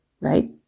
right